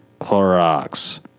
Clorox